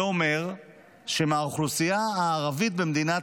זה אומר שמהאוכלוסייה הערבית במדינת